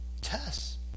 Tess